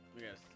Yes